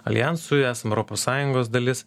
aljansui esam europos sąjungos dalis